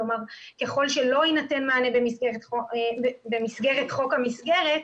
כלומר ככל שלא יינתן מענה במסגרת חוק המסגרת,